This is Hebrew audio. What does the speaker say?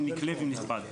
אם נקלה ואם נכבד".